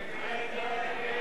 ההצעה להסיר